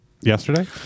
Yesterday